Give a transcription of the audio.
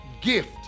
gift